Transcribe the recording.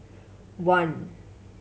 one